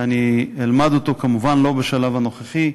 ואני אלמד אותו, כמובן, לא בשלב הנוכחי,